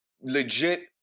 legit